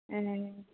ए